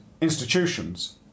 institutions